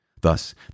Thus